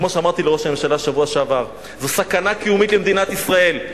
כמו שאמרתי לראש הממשלה בשבוע שעבר: זו סכנה קיומית למדינת ישראל.